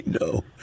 no